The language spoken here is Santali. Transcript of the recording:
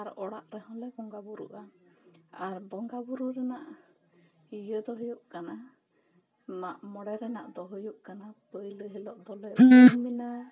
ᱟᱨ ᱚᱲᱟᱜ ᱨᱮᱦᱚᱸ ᱞᱮ ᱵᱚᱸᱜᱟ ᱵᱳᱨᱳᱜᱼᱟ ᱟᱨ ᱵᱚᱸᱜᱟ ᱵᱳᱨᱳ ᱨᱮᱱᱟᱜ ᱤᱭᱟᱹ ᱫᱚ ᱦᱩᱭᱩᱜ ᱠᱟᱱᱟ ᱢᱟᱜ ᱢᱚᱬᱮ ᱨᱮᱱᱟᱜ ᱫᱚ ᱦᱩᱭᱩᱜ ᱠᱟᱱᱟ ᱯᱩᱭᱞᱩ ᱦᱮᱞᱚᱜ ᱫᱚᱞᱮ ᱩᱢ ᱮᱫᱟ